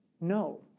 No